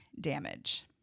damage